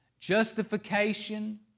justification